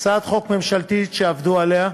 הצעת חוק ממשלתית שעבדו עליה,